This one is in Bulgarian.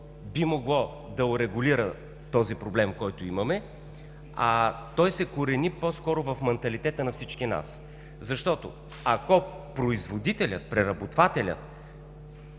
би могло да урегулира този проблем, който имаме, а той се корени по-скоро в манталитета на всички нас. Защото, ако производителят, преработвателят